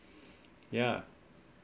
ya